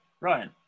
Ryan